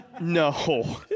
No